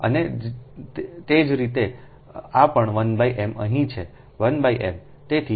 અને તે જ રીતે આ પણ 1 m અહીં છે I m